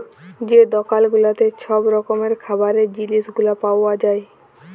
যে দকাল গুলাতে ছব রকমের খাবারের জিলিস গুলা পাউয়া যায়